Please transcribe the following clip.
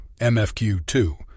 MFQ-2